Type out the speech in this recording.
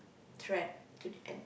try to the end